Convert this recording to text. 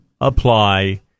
apply